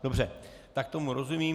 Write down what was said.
Dobře, tak tomu rozumím.